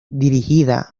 dirigida